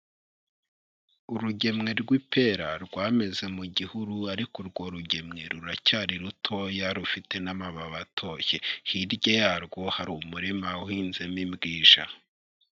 Urugemwe rw'ipera rwameze mu gihuru ariko urwo rugemwe ruracyari rutoya rufite n'amababi atoshye, hirya yarwo hari umurima uhinzemo ibwija.